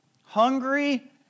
hungry